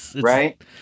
right